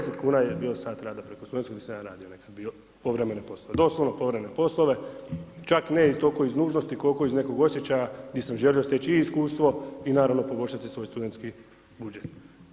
10 kn je bio sat rada preko studentskog gdje sam ja radio nekad bio povremeno poslove, doslovno povremene poslove, čak ne toliko iz nužnosti koliko iz nekog osjećaja di sam želio steći i iskustvo i naravno poboljšati si svoj studentski budžet.